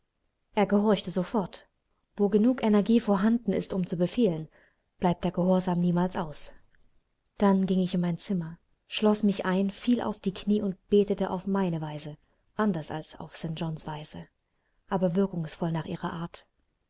er gehorchte sofort wo genug energie vorhanden ist um zu befehlen bleibt der gehorsam niemals aus dann ging ich in mein zimmer schloß mich ein fiel auf die kniee und betete auf meine weise anders als auf st johns weise aber wirkungsvoll nach ihrer art